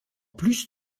plus